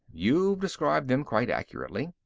you've described them quite accurately.